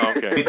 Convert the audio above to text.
Okay